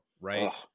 right